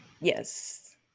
Yes